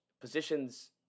positions –